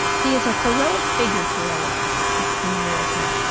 he is a heroic figure to all of us in america,